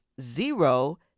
zero